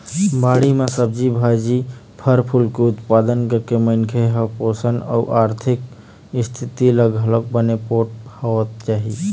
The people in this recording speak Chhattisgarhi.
बाड़ी म सब्जी भाजी, फर फूल के उत्पादन करके मनखे ह पोसन अउ आरथिक इस्थिति ले घलोक बने पोठ होवत जाही